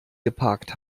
geparkt